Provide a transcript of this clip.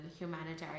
humanitarian